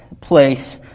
place